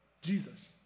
Jesus